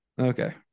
Okay